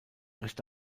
rechte